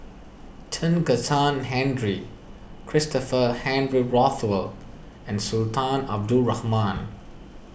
Chen Kezhan Henri Christopher Henry Rothwell and Sultan Abdul Rahman